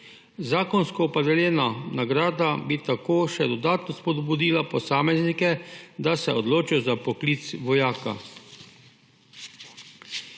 Zakonsko opredeljena nagrada bi tako še dodatno spodbudila posameznike, da se odločijo za poklic vojaka.